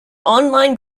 online